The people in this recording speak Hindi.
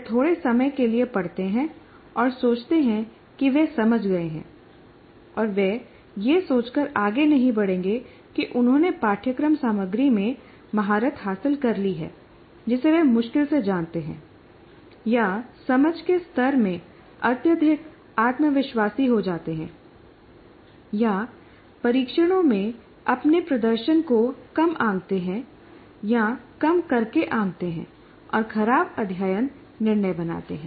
वे थोड़े समय के लिए पढ़ते हैं और सोचते हैं कि वे समझ गए हैं और वे यह सोचकर आगे नहीं बढ़ेंगे कि उन्होंने पाठ्यक्रम सामग्री में महारत हासिल कर ली है जिसे वे मुश्किल से जानते हैं या समझ के स्तर में अत्यधिक आत्मविश्वासी हो जाते हैं या परीक्षणों में अपने प्रदर्शन को कम आंकते हैं या कम करके आंकते हैं और खराब अध्ययन निर्णय बनाते हैं